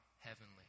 Heavenly